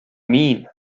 mean